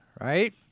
right